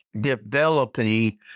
developing